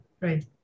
right